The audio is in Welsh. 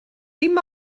dim